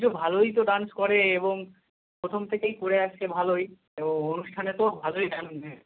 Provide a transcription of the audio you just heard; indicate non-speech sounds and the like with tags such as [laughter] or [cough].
সূর্য ভালোই তো ডান্স করে এবং প্রথম থেকেই করে আসছে ভালোই এবং অনুষ্ঠানে তো ভালোই ডান্স [unintelligible]